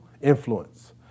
influence